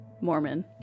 Mormon